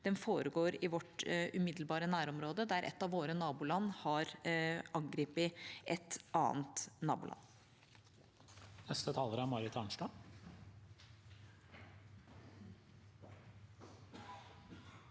Den foregår i vårt umiddelbare nærområde, der et av våre naboland har angrepet et annet naboland. Marit Arnstad